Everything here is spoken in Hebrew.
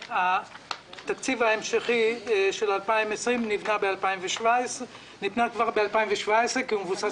התקציב ההמשכי של 2020 נבנה כבר ב-2017 כי הוא מבוסס